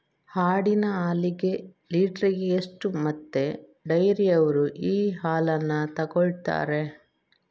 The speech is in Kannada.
ಆಡಿನ ಹಾಲಿಗೆ ಲೀಟ್ರಿಗೆ ಎಷ್ಟು ಮತ್ತೆ ಡೈರಿಯವ್ರರು ಈ ಹಾಲನ್ನ ತೆಕೊಳ್ತಾರೆ?